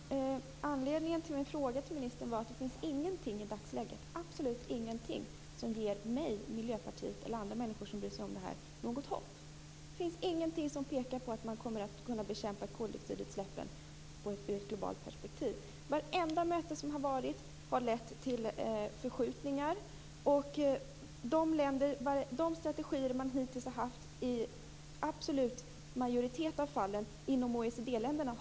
Fru talman! Anledningen till min fråga var att det inte finns någonting i dagsläget som ger mig, Miljöpartiet eller andra människor som bryr sig om detta något hopp. Det finns ingenting som pekar på att man kommer att kunna bekämpa koldioxidutsläppen i ett globalt perspektiv. Vartenda möte som har varit har lett till förskjutningar. De strategier som man hittills har haft har misslyckats i absolut majoritet av fallen inom OECD länderna.